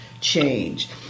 change